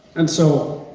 and so,